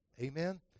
Amen